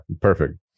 Perfect